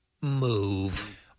move